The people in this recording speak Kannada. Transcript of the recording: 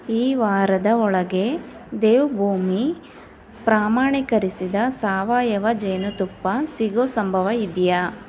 ಈ ವಾರದ ಒಳಗೆ ದೇವ್ಭೂಮಿ ಪ್ರಮಾಣೀಕರಿಸಿದ ಸಾವಯವ ಜೇನುತುಪ್ಪ ಸಿಗೋ ಸಂಭವ ಇದೆಯಾ